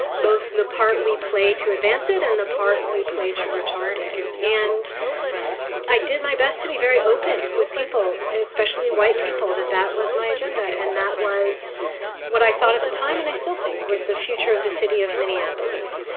both the part we play to advance it and the part we play to retard it. and i did my best to be very open with people, especially white people, that that was my agenda. and that was what i thought at the time. and i still think was the future of the city of minneapolis,